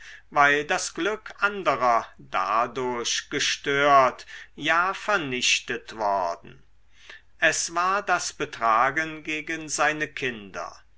weil das glück anderer dadurch gestört ja vernichtet worden es war das betragen gegen seine kinder